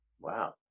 wow